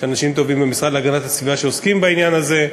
יש אנשים טובים במשרד להגנת הסביבה שעוסקים בעניין הזה,